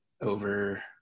over